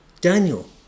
Daniel